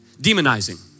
demonizing